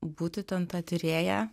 būti ten ta tyrėja